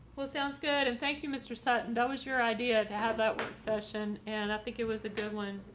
well, sounds good. and thank you, mr. sutton, that was your idea to have that session, and i think it was a good one.